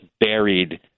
buried